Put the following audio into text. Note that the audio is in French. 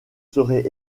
serez